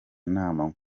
nama